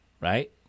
right